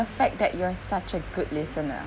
the fact that you are such a good listener